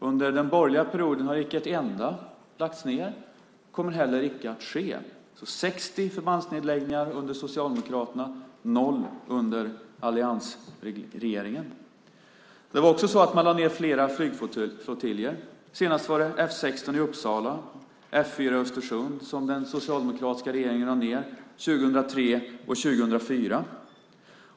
Under den borgerliga regeringsperioden har inte ett enda förband lagts ned, och så kommer heller icke att ske. 60 förbandsnedläggningar under Socialdemokraterna. Noll under alliansregeringen. Man lade också ned flera flygflottiljer. Senast var det F 16 i Uppsala och F 4 i Östersund som den socialdemokratiska regeringen lade ned. Det var 2003 och 2004.